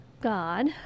God